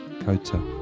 Kota